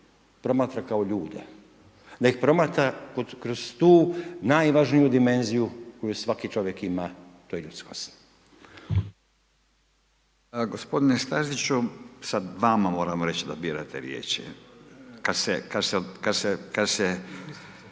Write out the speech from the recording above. promatra kao ljude, da ih promatra kroz tu najvažniju dimenziju koju svaki čovjek ima a to je ljudskost. **Radin, Furio (Nezavisni)** Gospodine Staziću, sad vama moram reći da birate riječi kada